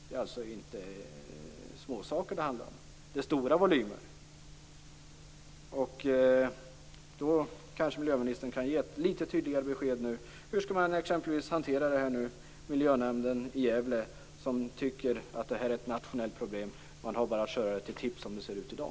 Det är alltså inte småsaker det handlar om. Det är stora volymer. Miljöministern kanske kan ge ett litet tydligare besked: Hur skall man hantera detta exempelvis i miljönämnden i Gävle som tycker att det här är ett nationellt problem? Man har bara att köra det till tipp som det ser ut i dag.